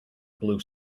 blue